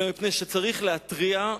אלא מפני שצריך להתריע,